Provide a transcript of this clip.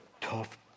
tough